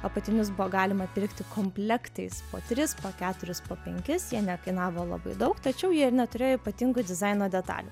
apatinius buvo galima pirkti komplektais po tris po keturis po penkis jie nekainavo labai daug tačiau jie ir neturėjo ypatingų dizaino detalių